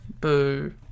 Boo